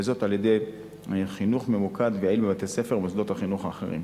וזאת על-ידי חינוך ממוקד ויעיל בבתי-הספר ובמוסדות החינוך האחרים.